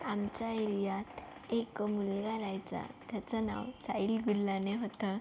आमच्या एरियात एक मुलगा राह्यचा त्याचं नाव साहिल गुल्लाने होतं